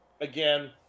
again